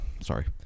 Sorry